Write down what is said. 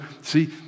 see